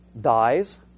dies